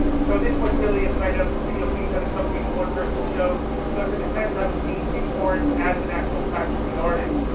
so this was really a kind of video piece that accompanied the one person show because in a sense i was being reborn as an actual practicing artist.